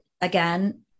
again